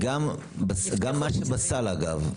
זה גם מה שבסל אגב.